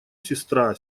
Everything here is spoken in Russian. сестра